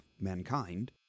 mankind